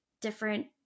different